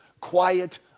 quiet